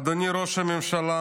אדוני ראש הממשלה,